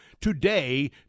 today